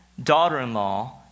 daughter-in-law